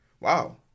wow